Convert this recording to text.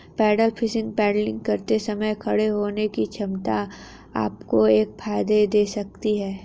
pedal fishing paddling करते समय खड़े होने की क्षमता आपको एक फायदा दे सकती है